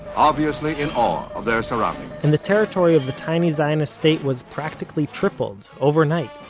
obviously in awe of their surrounding and the territory of the tiny zionist state was practically tripled overnight.